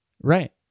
Right